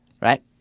right